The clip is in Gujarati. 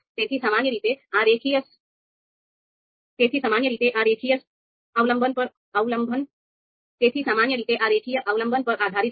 તેથી સામાન્ય રીતે આ રેખીય અવલંબન પર આધારિત છે